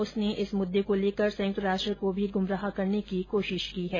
उसने इस मुद्दे को लेकर संयुक्त राष्ट्र को भी गुमराह करने की कोशिश की है